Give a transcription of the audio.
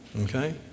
Okay